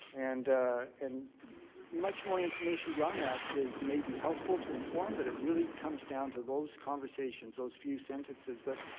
and and much more information beyond that is maybe helpful to inform but it really comes down to those conversations, those few sentences. but